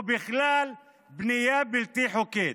או בכלל, "בנייה בלתי חוקית".